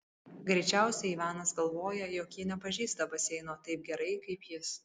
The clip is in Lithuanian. greičiausiai ivanas galvoja jog ji nepažįsta baseino taip gerai kaip jis